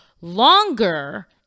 longer